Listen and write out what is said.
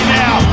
now